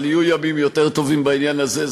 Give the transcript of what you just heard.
אבל יהיו ימים יותר טובים בעניין הזה,